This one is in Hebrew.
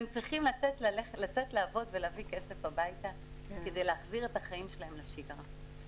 הם צריכים לצאת לעבוד ולהביא כסף הביתה כדי להחזיר את החיים שלהם לשגרה.